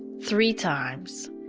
three times,